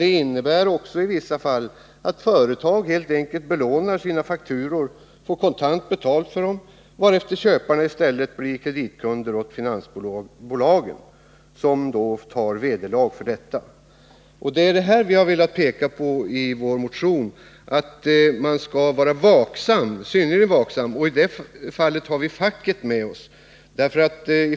Det innebär i vissa fall att företag helt enkelt belånar sina fakturor och får kontant betalt för dem, varefter de i stället blir kreditkunder hos finansbolagen, som tar vederlag för detta. Vi har i vår motion velat peka på att man skall vara synnerligen vaksam mot detta. Och i det fallet har vi facket med oss.